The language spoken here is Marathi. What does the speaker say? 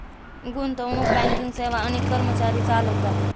गुंतवणूक बँकिंग सेवा अनेक कर्मचारी चालवतात